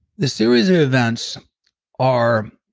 the series of events are